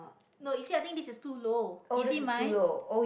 no you see i think this is too low you see mine